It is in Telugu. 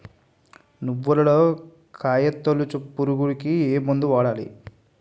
నువ్వులలో కాయ తోలుచు పురుగుకి ఏ మందు వాడాలి?